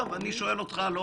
זו המשמעות.